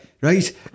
Right